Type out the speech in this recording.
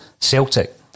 Celtic